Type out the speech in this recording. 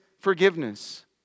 forgiveness